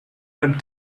and